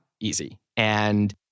easy—and